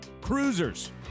Cruisers